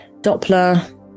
Doppler